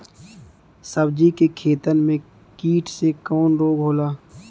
सब्जी के खेतन में कीट से कवन रोग होला?